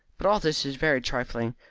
but all this is very trifling.